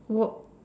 what